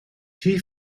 key